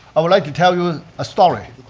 i would like to tell you a story.